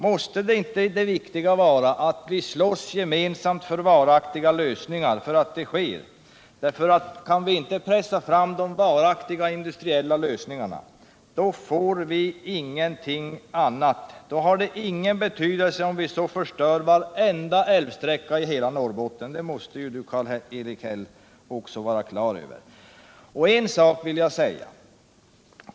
Måste inte det viktiga vara att vi slåss gemensamt för varaktiga lösningar? Kan vi inte pressa fram varaktiga industriella lösningar har det ingen betydelse om vi förstör varenda älvsträcka i hela Norrbotten. Det måste Karl-Erik Häll också vara klar över.